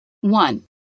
One